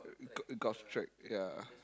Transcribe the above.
got golf track ya